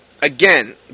again